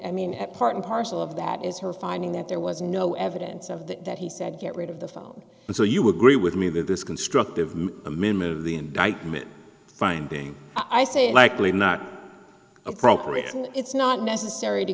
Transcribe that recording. i mean at part and parcel of that is her finding that there was no evidence of that that he said get rid of the phone so you agree with me that this constructive amendment of the indictment finding i say likely not appropriate and it's not necessary to